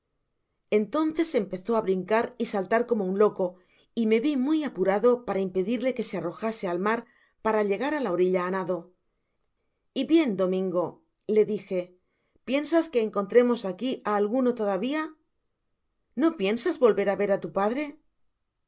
entonces empezó á brincar y saltar como un loco y me vi muy apurado para impedirle que se arrojase al mar para llegar á la orilla á nado y bien domingo le dije piensas que encontraremos aqui á alguno todavía no piensas volverá ver á tu padre